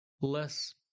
less